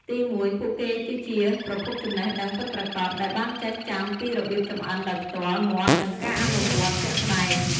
ទីមួយ ពួកគេគឺជា ប្រភពចំណេះដឹងពិតប្រាកដ ដែលបានចេះចាំពីរបៀបចម្អិនដោយផ្ទាល់មាត់និងការអនុវត្តន៍ជាក់ស្តែង។